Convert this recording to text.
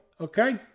Okay